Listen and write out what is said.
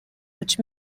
which